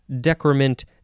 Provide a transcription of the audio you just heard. decrement